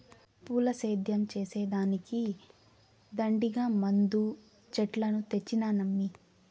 పూల సేద్యం చేసే దానికి దండిగా మందు చెట్లను తెచ్చినానమ్మీ